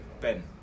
Ben